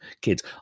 kids